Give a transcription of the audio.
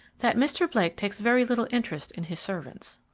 that mr. blake takes very little interest in his servants.